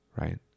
right